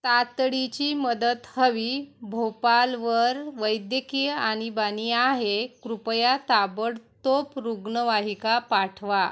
तातडीची मदत हवी भोपाळवर वैद्यकीय आणीबाणी आहे कृपया ताबडतोब रुग्णवाहिका पाठवा